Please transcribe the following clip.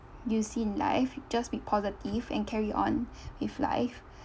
you see in life just be positive and carry on with life